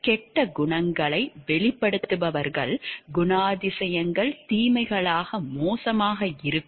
கெட்ட குணங்களை வெளிப்படுத்துபவர்கள் குணாதிசயங்கள் தீமைகளாக மோசமாக இருக்கும்